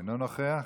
אינו נוכח.